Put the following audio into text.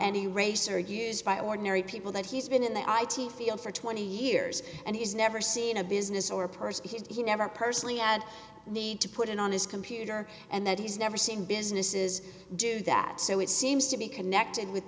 any race or used by ordinary people that he's been in the i t field for twenty years and he's never seen a business or person he never personally had the to put it on his computer and that he's never seen businesses do that so it seems to be connect it with